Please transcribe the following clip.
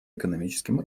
экономическим